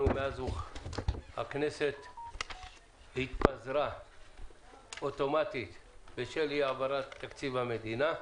מאז שהכנסת התפזרה אוטומטית בשל אי העברת תקציב המדינה.